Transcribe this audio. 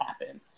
happen